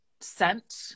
sent